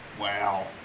Wow